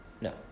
No